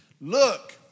Look